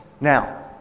Now